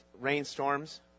rainstorms